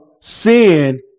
sin